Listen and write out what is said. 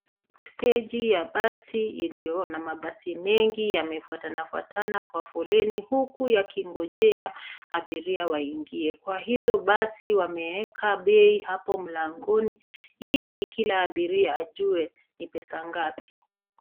Steji ya basi ilio na mabasi mengi yamefuatanafuatana kwa foleni huku yakingojea abiria waingie, kwa hizo basi wameeka bei hapo mlangoni ili kila abiria ajue ni pesa ngapi.